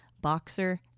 Boxer